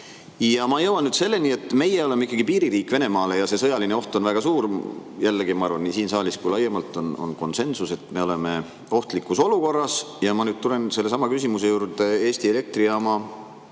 Ma jõuan nüüd selleni, et meie oleme ikkagi piiririik Venemaale ja sõjaline oht on väga suur. Jällegi, ma arvan, nii siin saalis kui laiemalt on konsensus, et me oleme ohtlikus olukorras. Ma nüüd ma tulen sellesama küsimuse juurde Eesti Elektrijaama